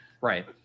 Right